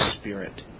spirit